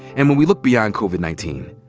and when we look beyond covid nineteen,